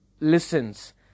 listens